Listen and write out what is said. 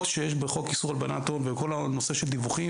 שיש בחוק איסור הלבנת הון וכל הנושא של דיווחים.